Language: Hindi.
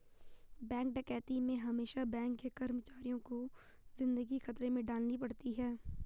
बैंक डकैती में हमेसा बैंक के कर्मचारियों को जिंदगी खतरे में डालनी पड़ती है